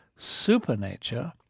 Supernature